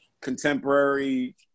contemporary